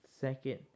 second